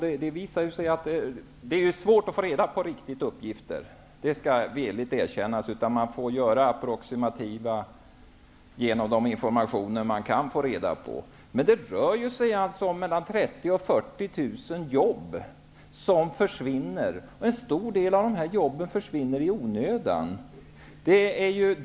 Det är svårt att få fram uppgifter -- det skall villigt erkännas -- så man får göra approximativa beräkningar med hjälp av den information man kan få. Det rör sig om mellan 30.000 och 40.000 jobb som försvinner; en stor del av dem försvinner i onödan.